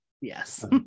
yes